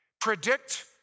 predict